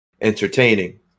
entertaining